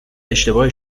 اشتباهی